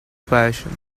passion